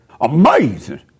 Amazing